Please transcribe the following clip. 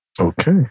okay